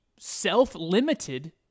self-limited